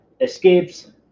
escapes